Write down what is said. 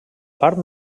part